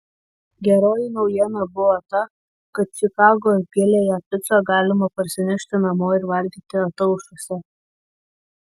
geroji naujiena buvo ta kad čikagos giliąją picą galima parsinešti namo ir valgyti ataušusią